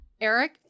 eric